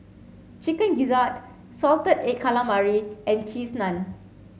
chicken gizzard salted egg calamari and cheese naan